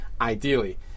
ideally